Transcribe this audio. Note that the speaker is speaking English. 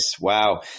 wow